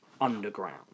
underground